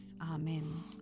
Amen